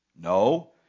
No